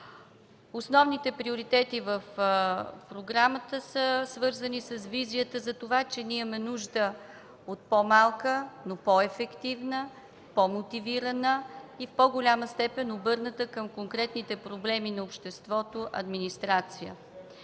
Основните приоритети в програмата са свързани с визията за това, че имаме нужда от по-малка, но по-ефективна, по-мотивирана и в по-голяма степен обърната към конкретните проблеми на обществото администрация.